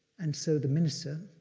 and so the minister,